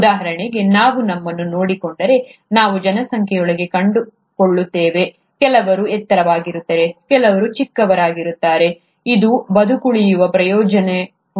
ಉದಾಹರಣೆಗೆ ನಾವು ನಮ್ಮನ್ನು ನೋಡಿಕೊಂಡರೆ ನಾವು ಜನಸಂಖ್ಯೆಯೊಳಗೆ ಕಂಡುಕೊಳ್ಳುತ್ತೇವೆ ಕೆಲವರು ಎತ್ತರವಾಗಿದ್ದಾರೆ ಕೆಲವರು ಚಿಕ್ಕವರಾಗಿದ್ದಾರೆ ಇದು ಬದುಕುಳಿಯುವ ಪ್ರಯೋಜನವನ್ನು ನೀಡುತ್ತದೆಯೇ